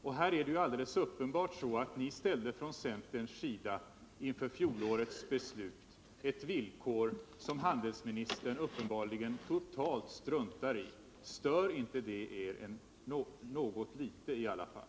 Det är alldeles uppenbart så att centern inför fjolårets beslut ställde ett villkor som handelsministern uppenbarligen totalt struntar i. Stör inte det er något litet i alla fall?